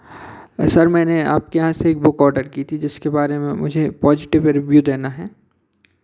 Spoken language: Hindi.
सर मैनें आपके यहाँ से एक बुक ऑर्डर की थी जिसके बारे में मुझे पॉज़िटिव रिव्यू देना है